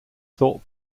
thought